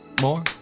More